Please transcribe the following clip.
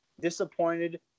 disappointed